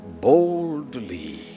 boldly